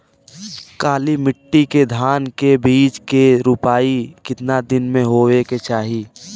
काली मिट्टी के धान के बिज के रूपाई कितना दिन मे होवे के चाही?